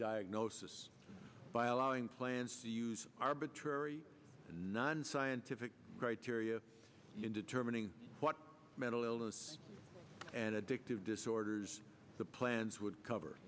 diagnosis by allowing plans to use arbitrary nonscientific criteria in determining what mental illness and addictive disorders the plans would cover